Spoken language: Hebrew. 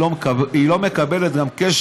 היא לא מקבלת גם קשב